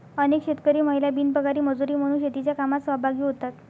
अनेक शेतकरी महिला बिनपगारी मजुरी म्हणून शेतीच्या कामात सहभागी होतात